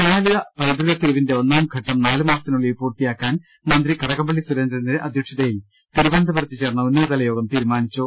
ചാല പൈതൃകത്തെരുവിന്റെ ഒന്നാം ഘട്ടം നാലു മാസത്തിനു ള്ളിൽ പൂർത്തിയാക്കാൻ മന്ത്രി കടകംപള്ളി സുരേന്ദ്രന്റെ അധ്യക്ഷ തയിൽ തിരുവനന്തപുരത്ത് ചേർന്ന ഉന്നതതല യോഗം തീരുമാനി ച്ചു